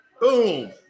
boom